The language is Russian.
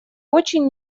очень